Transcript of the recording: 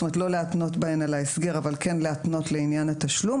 זאת אומרת לא להתנות בהן על ההסגר אבל כן להתנות לעניין התשלום.